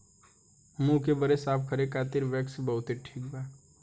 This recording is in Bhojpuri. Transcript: मुंह के बरे साफ करे खातिर इ वैक्स बहुते ठिक बा